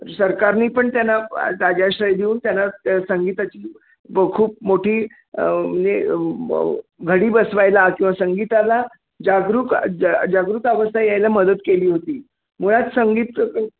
सरकारने पण त्यांना राजाश्रय देऊन त्यांना त्य संगीताची गो खूप मोठी ने घडी बसवायला किंवा संगीताला जागरूक जागृत अवस्था यायला मदत केली होती मुळात संगीत